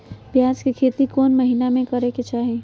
प्याज के खेती कौन महीना में करेके चाही?